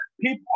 people